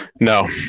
No